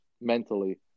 mentally